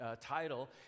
title